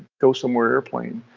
go somewhere airplane,